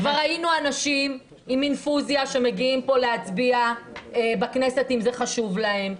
כבר ראינו אנשים עם אינפוזיה שמגיעים לפה להצביע בכנסת אם זה חשוב להם,